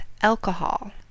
alcohol